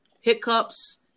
hiccups